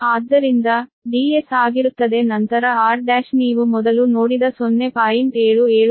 ಆದ್ದರಿಂದ Ds ಆಗಿರುತ್ತದೆ ನಂತರ r ನೀವು ಮೊದಲು ನೋಡಿದ 0